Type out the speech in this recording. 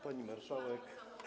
Pani Marszałek!